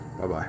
Bye-bye